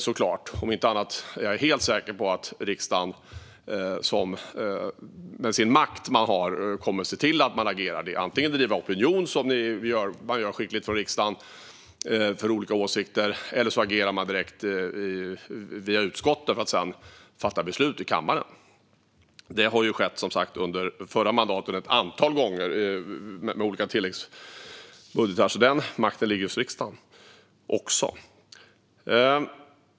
Jag är också helt säker på att riksdagen kommer att se till att vi agerar, antingen genom att driva opinion, vilket man gör skickligt, eller direkt via utskotten för att sedan fatta beslut i kammaren. Som sagt lades det fram ett antal tilläggsbudgetar under förra mandatperioden, så den makten har även riksdagen.